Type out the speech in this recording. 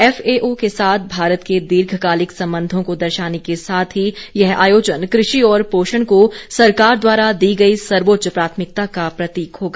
FAO के साथ भारत की दीर्घकालिक संबंधों को दर्शाने के साथ ही यह आयोजन कृषि और पोषण को सरकार द्वारा दी गई सर्वोच्च प्राथमिकता का प्रतीक होगा